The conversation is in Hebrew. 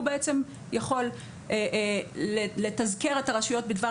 הוא בעצם יכול לתזכר את הרשויות בדבר